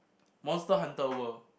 Monster Hunter World